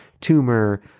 tumor